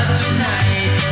tonight